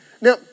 Now